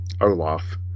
Olaf